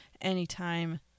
anytime